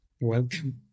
Welcome